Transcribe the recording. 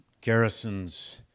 Garrison's